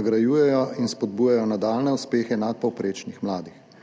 nagrajujejo in spodbujajo nadaljnje uspehe nadpovprečnih mladih.